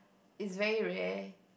is very rare